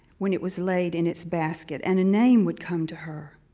when it was laid in its basket, and a name would come to her.